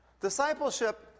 Discipleship